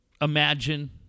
imagine